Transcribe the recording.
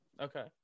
Okay